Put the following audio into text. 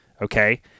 Okay